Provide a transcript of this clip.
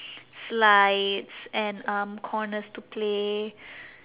slides and um corners to play